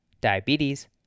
diabetes